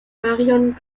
marion